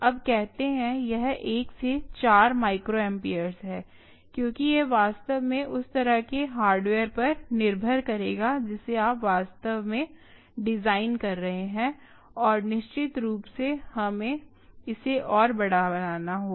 अब कहते हैं यह 1 से 4 माइक्रोएम्पर्स हैं क्योंकि यह वास्तव में उस तरह के हार्डवेयर पर निर्भर करेगा जिसे आप वास्तव में डिजाइन कर रहे हैं और निश्चित रूप से हमें इसे और बड़ा बनाना होगा